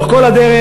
לאורך כל הדרך,